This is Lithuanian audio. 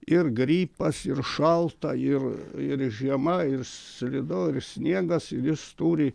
ir gripas ir šalta ir ir žiema ir slidu ir sniegas ir jis turi